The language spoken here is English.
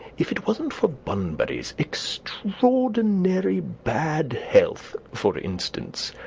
if it wasn't for bunbury's extraordinary bad health, for instance,